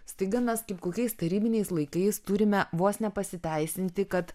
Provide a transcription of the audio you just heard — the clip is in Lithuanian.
staiga mes kaip kokiais tarybiniais laikais turime vos ne pasiteisinti kad